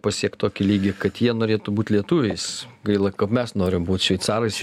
pasiekt tokį lygį kad jie norėtų būti lietuviais gaila kad mes norim būt šveicarais